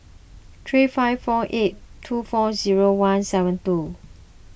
three five four eight two four zero one seven two